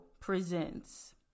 presents